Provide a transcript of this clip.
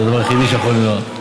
זה הדבר היחיד שיכול למנוע.